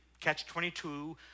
catch-22